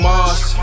Mars